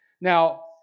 Now